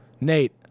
Nate